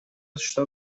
что